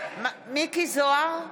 מכלוף מיקי זוהר,